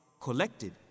collected